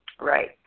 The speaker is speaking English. Right